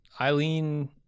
Eileen